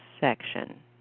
section